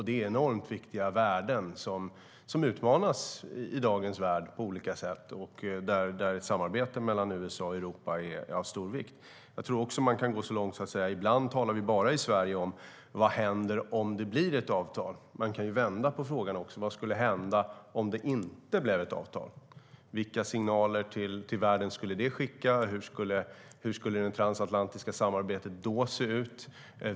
Det är enormt viktiga värden som på olika sätt utmanas i dagens värld, och därför är ett samarbete mellan USA och Europa av stor vikt. Jag tror att man kan gå så långt som att säga att vi i Sverige ibland bara talar om vad händer om det blir ett avtal. Man kan ju vända på frågan också: Vad skulle hända om det inte blev ett avtal? Vilka signaler skulle det skicka till världen? Hur skulle det transatlantiska samarbetet då se ut?